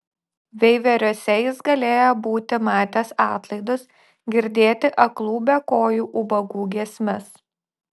veiveriuose jis galėjo būti matęs atlaidus girdėti aklų bekojų ubagų giesmes